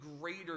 greater